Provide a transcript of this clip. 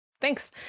Thanks